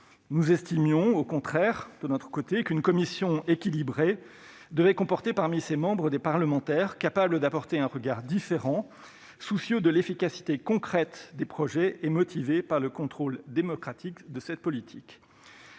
Nous estimions de notre côté qu'une commission équilibrée devait comporter parmi ses membres des parlementaires, capables d'apporter un regard différent, soucieux de l'efficacité concrète des projets et motivés par le contrôle démocratique de cette politique.